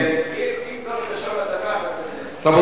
אם זאת לשון התנ"ך, אני